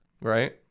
Right